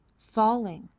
falling,